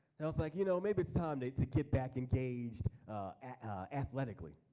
and i was like you know maybe it's time to get back engaged athletically.